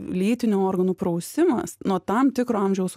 lytinių organų prausimas nuo tam tikro amžiaus